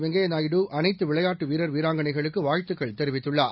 வெங்கைய நாயுடு அனைத்து விளையாட்டு வீரர் வீராங்கனைகளுக்கு வாழ்த்துக்கள் தெரிவித்துள்ளார்